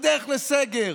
בדרך לסגר,